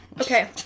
Okay